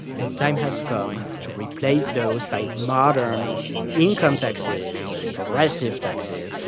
the time has come to replace those by modern income taxes and progressive taxes.